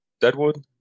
Deadwood